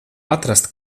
atrast